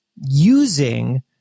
using